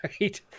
right